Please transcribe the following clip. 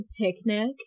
picnic